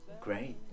Great